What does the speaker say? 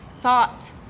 thought